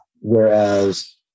Whereas